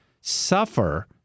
suffer